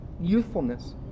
youthfulness